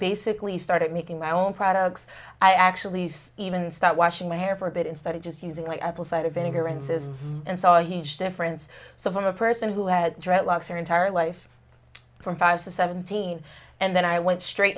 basically started making my own products i actually even start washing my hair for a bit and started just using like apple cider vinegar insist and saw a huge difference so from a person who had dreadlocks her entire life from five to seventeen and then i went straight